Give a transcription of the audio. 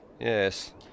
Yes